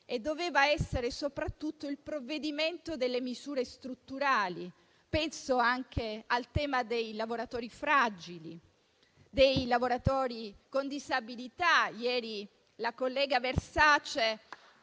doveva essere il provvedimento delle misure strutturali. Penso anche al tema dei lavoratori fragili, dei lavoratori con disabilità. Ieri la collega Versace